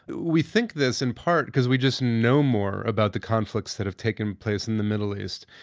we think this in part because we just know more about the conflicts that have taken place in the middle east,